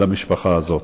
למשפחה הזאת.